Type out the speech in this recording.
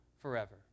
Forever